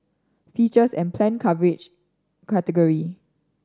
features and planned coverage category